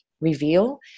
reveal